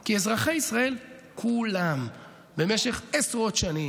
כי אזרחי ישראל כולם במשך עשרות שנים